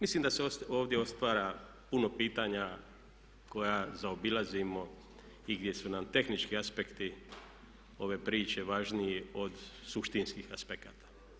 Međutim, mislim da se ovdje otvara puno pitanja koja zaobilazimo i gdje su nam tehnički aspekti ove priče važniji od suštinskih aspekata.